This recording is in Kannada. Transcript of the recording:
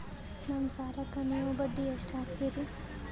ನಮ್ಮ ಸಾಲಕ್ಕ ನೀವು ಬಡ್ಡಿ ಎಷ್ಟು ಹಾಕ್ತಿರಿ?